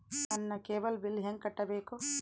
ನನ್ನ cable bill ಹೆಂಗ ಕಟ್ಟಬೇಕು?